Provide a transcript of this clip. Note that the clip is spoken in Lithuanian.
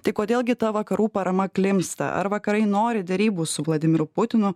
tai kodėl gi ta vakarų parama klimpsta ar vakarai nori derybų su vladimiru putinu